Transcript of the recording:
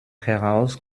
heraus